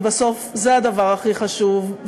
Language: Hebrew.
ובסוף זה הדבר הכי חשוב,